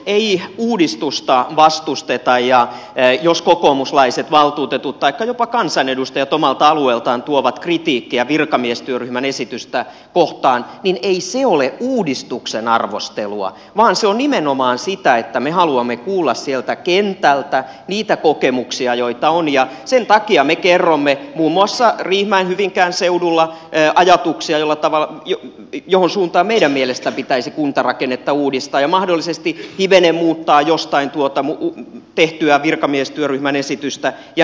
ei uudistusta vastustetaia ei jos kokoomuslaiset valtuutetut taikka jopa kansanedustajat omalta alueeltaan tuovat kritiikkiä virkamiestyöryhmän esitystä puoltaa niin ei se ole uudistuksen arvostelua vaan se on nimenomaan siitä että me haluamme kuulla sieltäkin kautta niitä kokemuksia joita on ja sen takia me kerromme muun muassa riihimäen hyvinkään seudulla e ajatuksella tavalla johon suuntaan meidän mielestä pitäisi kuntarakennetta uudistaa ja mahdollisesti hivenen muuttaa jostain tuota tehtyä virkamiestyöryhmän esitystä ja